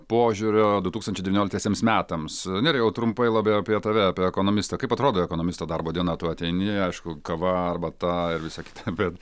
požiūrio du tūkstančiai devynioliktiesiems metams nerijau trumpai labai apie tave apie ekonomistą kaip atrodo ekonomisto darbo diena tu ateini aišku kava arbata ir visa kita bet